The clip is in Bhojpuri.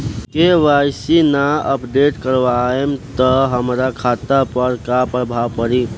के.वाइ.सी ना अपडेट करवाएम त हमार खाता पर का प्रभाव पड़ी?